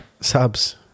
subs